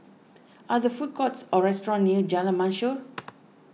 are there food courts or restaurants near Jalan Mashhor